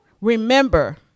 Remember